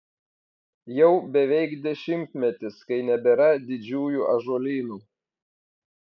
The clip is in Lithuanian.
jau beveik dešimtmetis kai nebėra didžiųjų ąžuolynų